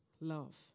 love